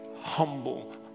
humble